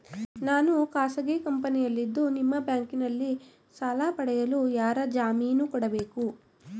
ನಾನು ಖಾಸಗಿ ಕಂಪನಿಯಲ್ಲಿದ್ದು ನಿಮ್ಮ ಬ್ಯಾಂಕಿನಲ್ಲಿ ಸಾಲ ಪಡೆಯಲು ಯಾರ ಜಾಮೀನು ಕೊಡಬೇಕು?